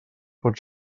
pot